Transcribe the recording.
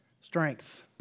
strength